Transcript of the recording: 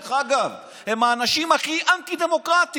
דרך אגב, הם האנשים הכי אנטי-דמוקרטיים.